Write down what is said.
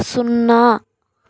సున్నా